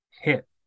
hit